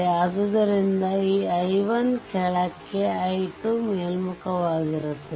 ಆದ್ದರಿಂದ ಈ i1 ಕೆಳಕ್ಕೆ ಮತ್ತು i2 ಮೇಲ್ಮುಖವಾಗಿರುತ್ತದೆ